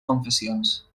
confessions